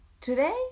today